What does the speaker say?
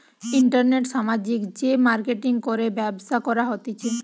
ইন্টারনেটে সামাজিক যে মার্কেটিঙ করে ব্যবসা করা হতিছে